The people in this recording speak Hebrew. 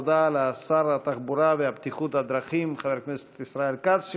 תודה לשר התחבורה והבטיחות בדרכים חבר הכנסת ישראל כץ,